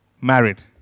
married